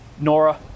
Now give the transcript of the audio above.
Nora